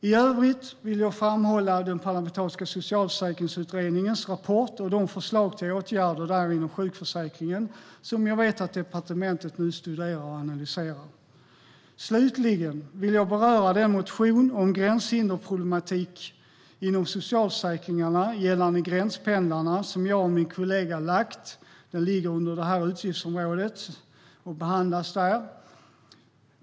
I övrigt vill jag framhålla den parlamentariska socialförsäkringsutredningens rapport och dess förslag till åtgärder inom sjukförsäkringen som jag vet att departementet nu studerar och analyserar. Slutligen vill jag beröra den motion om gränshinderproblematik inom socialförsäkringarna gällande gränspendlarna som jag och min kollega lagt fram. Den ligger under detta utgiftsområde och behandlas där.